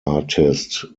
artist